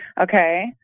okay